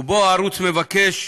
ובו הערוץ מבקש